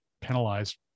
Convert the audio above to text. penalized